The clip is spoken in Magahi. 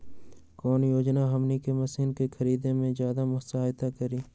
कौन योजना हमनी के मशीन के खरीद में ज्यादा सहायता करी?